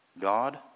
God